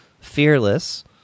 Fearless